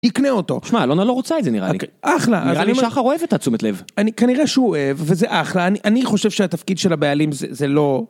תקנה אותו. תשמע, אלונה לא רוצה את זה נראה לי. אחלה. נראה לי שחר אוהב את התשומת לב. אני, כנראה שהוא אוהב, וזה אחלה, אני חושב שהתפקיד של הבעלים זה לא...